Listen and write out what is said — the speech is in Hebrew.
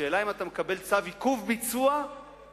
השאלה היא אם אתה מקבל צו עיכוב ביצוע עד